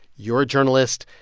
you're a journalist,